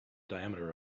diameter